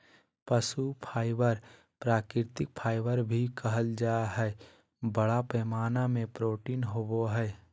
पशु फाइबर प्राकृतिक फाइबर भी कहल जा हइ, बड़ा पैमाना में प्रोटीन होवो हइ